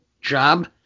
job